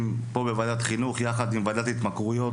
פה בוועדת חינוך יחד עם ועדת התמכרויות,